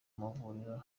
mavuriro